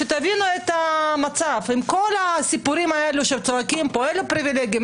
שתבינו את המצב עם כל הסיפורים שצועקים פה "אלה פריבילגים",